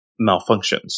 malfunctions